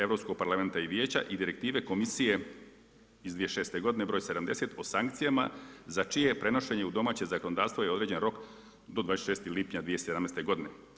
Europskog parlamenta i Vijeća i Direktive Komisije iz 2006. godine broj 70. o sankcijama za čije je prenošenje u domaće zakonodavstvo je određen rok do 26. lipnja 2017. godine.